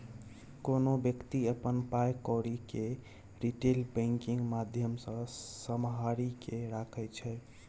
कोनो बेकती अपन पाइ कौरी केँ रिटेल बैंकिंग माध्यमसँ सम्हारि केँ राखै छै